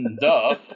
duh